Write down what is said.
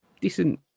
decent